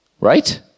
Right